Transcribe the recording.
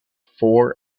four